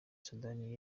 sudani